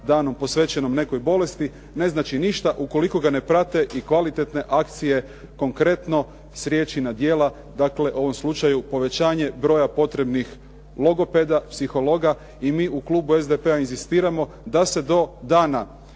danom posvećenoj nekoj bolesti ne znači ukoliko ga ne prate i kvalitetne akcije konkretno s riječi na djela, dakle u ovom slučaju povećanje broja potrebnih logopeda, psihologa. I mi u klubu SDP-a inzistiramo da se do Dana